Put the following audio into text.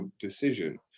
decision